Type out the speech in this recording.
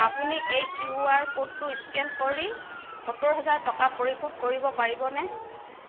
আপুনি এই Q R ক'ডটো স্কেন কৰি সত্তৰ হাজাৰ টকা পৰিশোধ কৰিব পাৰিবনে